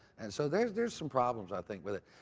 and so there's there's some problems i think with it.